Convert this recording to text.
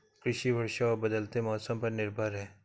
कृषि वर्षा और बदलते मौसम पर निर्भर है